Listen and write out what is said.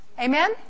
Amen